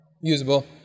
usable